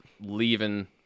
leaving